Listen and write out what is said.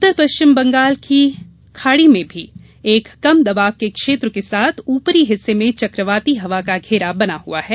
उत्तर पश्चिम बंगाल की खाड़ी में भी एक कम दबाव के क्षेत्र के साथ ऊपरी हिस्से में चक्रवाती हवा का घेरा बना हुआ है